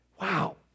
wow